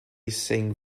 sing